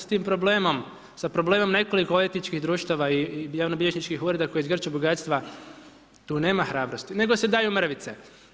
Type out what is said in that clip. S ti problemom sa problemom nekoliko etičkih društava i javnobilježničkih ureda koji zgrče bogatstva tu nema hrabrosti, nego se daju mrvice.